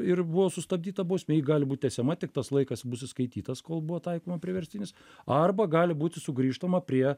ir buvo sustabdyta bausmė ji gali būt tęsiama tik tas laikas bus įskaitytas kol buvo taikoma priverstinis arba gali būti sugrįžtama prie